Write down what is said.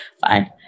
Fine